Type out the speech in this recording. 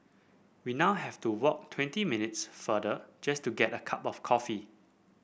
we now have to walk twenty minutes farther just to get a cup of coffee